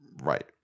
right